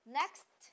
next